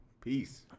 peace